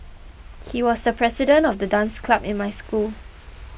he was the president of the dance club in my school